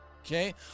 Okay